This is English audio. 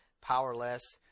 powerless